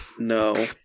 No